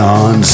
on